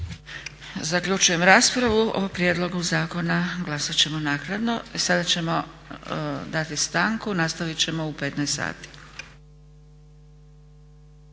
Zaključujem raspravu. O prijedlogu zakona glasat ćemo naknadno. Sada ćemo dati stanku. Nastavit ćemo u 15 sati.